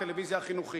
הטלוויזיה החינוכית.